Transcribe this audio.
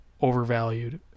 overvalued